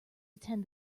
attend